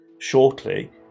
shortly